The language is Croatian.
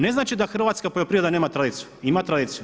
Ne znači da hrvatska poljoprivreda nema tradiciju, ima tradiciju.